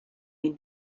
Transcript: been